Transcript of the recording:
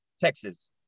Texas